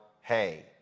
hey